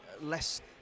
less